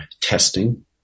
testing